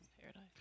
Paradise